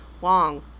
Wong